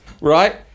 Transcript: right